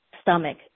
stomach